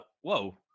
whoa